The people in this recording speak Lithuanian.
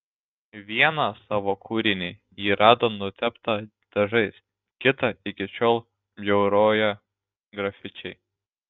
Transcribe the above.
vieną savo kūrinį ji rado nuteptą dažais kitą iki šiol bjauroja grafičiai